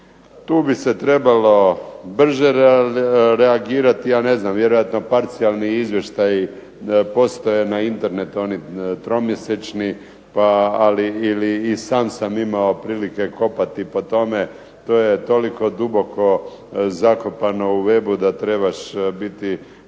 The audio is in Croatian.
Tu bi se trebalo brže reagirati, a ne znam vjerojatno parcijalni izvještaji postoje na internetu oni tromjesečni. I sam sam imao prilike kopati po tome, to je toliko duboko zakopano u webu da trebaš biti